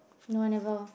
no I never